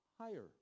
higher